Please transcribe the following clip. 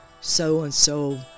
so-and-so